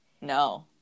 no